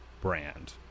brand